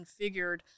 configured